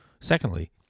Secondly